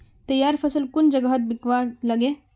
तैयार फसल कुन जगहत बिकवा लगे?